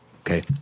okay